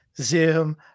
zoom